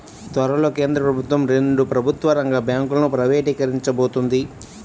త్వరలో కేంద్ర ప్రభుత్వం రెండు ప్రభుత్వ రంగ బ్యాంకులను ప్రైవేటీకరించబోతోంది